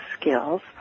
skills